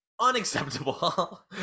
unacceptable